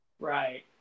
right